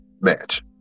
match